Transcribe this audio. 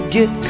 get